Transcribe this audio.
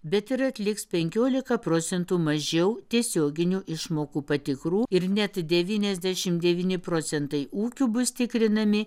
bet ir atliks penkiolika procentų mažiau tiesioginių išmokų patikrų ir net devyniasdešim devyni procentai ūkių bus tikrinami